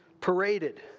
paraded